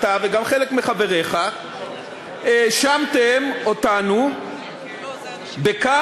אתה וגם חלק מחבריך האשמתם אותנו בכך